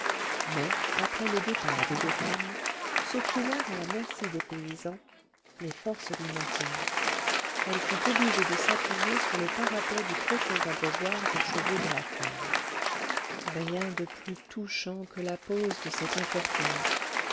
mais après le départ des deux femmes se trouvant à la merci des paysans les forces lui manquèrent elle fut obligée de s'appuyer sur le parapet du profond abreuvoir des chevaux de la ferme rien de plus touchant que la pose de cette infortunée